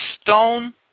stone